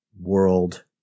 world